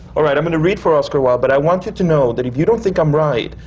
all right, i'm going to read for oscar wilde, but i want you to know that if you don't think i'm right,